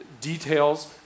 details